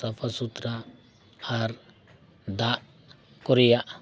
ᱥᱟᱯᱷᱟᱼᱥᱩᱛᱨᱟ ᱟᱨ ᱫᱟᱜ ᱠᱚ ᱨᱮᱭᱟᱜ